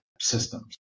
systems